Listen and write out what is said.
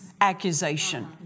Accusation